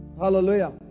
Hallelujah